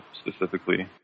specifically